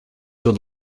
would